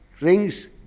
rings